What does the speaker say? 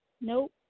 Nope